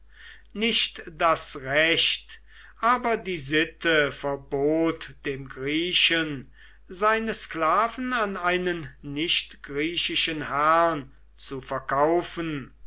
nicht das recht aber die sitte verbot dem griechen seine sklaven an einen nicht griechischen herrn zu verkaufen